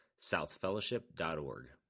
southfellowship.org